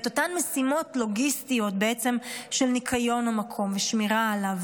את אותן משימות לוגיסטיות של ניקיון המקום ושמירה עליו,